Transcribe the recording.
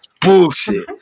Bullshit